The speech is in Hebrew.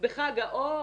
בחג האור?